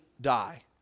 die